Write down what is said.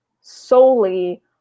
solely